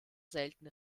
selten